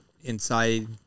inside